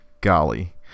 golly